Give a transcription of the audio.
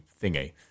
thingy